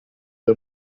der